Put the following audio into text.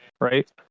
right